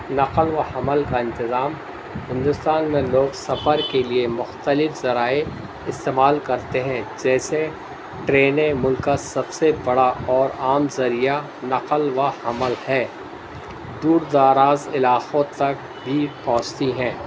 نقل و حمل کا انتظام ہندوستان میں لوگ سفر کے لیے مختلف ذرائع استعمال کرتے ہیں جیسے ٹرینیں ملک کا سب سے بڑا اور عام ذریعہ نقل و حمل ہے دور داراز علاقوں تک بھی پہنچتی ہیں